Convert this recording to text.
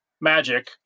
magic